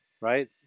right